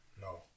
No